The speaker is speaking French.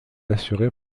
assuré